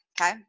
Okay